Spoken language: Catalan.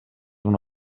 una